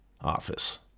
Office